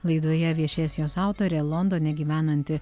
laidoje viešės jos autorė londone gyvenanti